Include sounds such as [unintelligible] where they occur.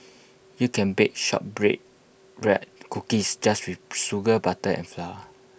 you can bake short [unintelligible] bread cookies just with sugar butter and flour